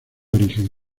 origen